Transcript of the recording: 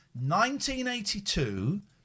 1982